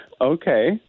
Okay